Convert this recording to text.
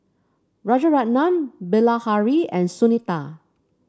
Rajaratnam Bilahari and Sunita